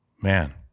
Man